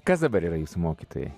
kas dabar yra jūsų mokytojai